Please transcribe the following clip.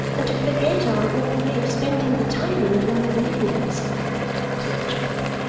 and to forget our old way of spending the time in the long evenings said the child.